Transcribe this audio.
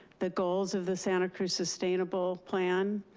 the goals of the santa cruz sustainable plan,